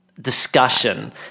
discussion